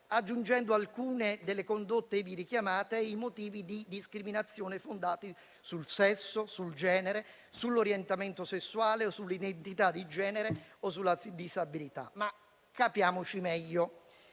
aggiungendo ad alcune delle condotte ivi richiamate i motivi di discriminazione fondati sul sesso, sul genere, sull'orientamento sessuale, sull'identità di genere o sulla disabilità. Capiamoci meglio: